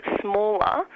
smaller